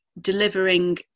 delivering